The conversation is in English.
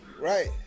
Right